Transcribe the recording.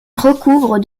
recouvre